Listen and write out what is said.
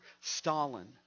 Stalin